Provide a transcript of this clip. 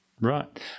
Right